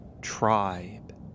tribe